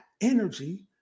energy